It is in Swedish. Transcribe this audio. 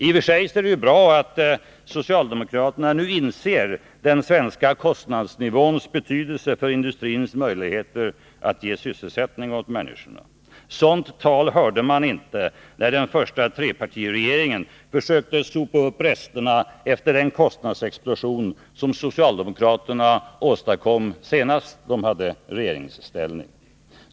I och för sig är det bra att socialdemokraterna nu inser den svenska kostnadsnivåns betydelse för industrins möjligheter att ge sysselsättning åt människorna. Sådant tal hörde man inte när den första trepartiregeringen försökte sopa uppresterna efter den kostnadsexplosion som socialdemokraterna åstadkom senast de satt i regeringsställning.